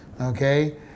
Okay